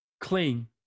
clean